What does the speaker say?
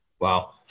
Wow